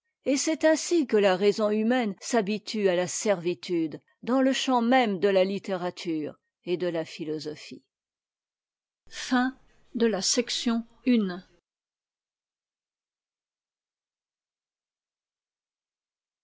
et c'est ainsi que la raison humaine s'habitue à a servitude dans le champ même de la littérature et de la philosophie